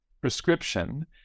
prescription